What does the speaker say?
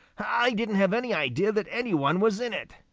i didn't have any idea that any one was in it.